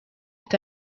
est